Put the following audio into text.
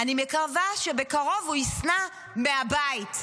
אני מקווה שבקרוב הוא ישנא מהבית.